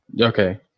Okay